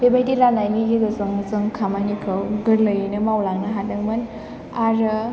बेबायदि रान्नायनि गेजेरजों जों खामानिखौ गोरलैयैनो मावलांनो हादोंमोन आरो